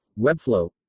webflow